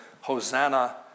Hosanna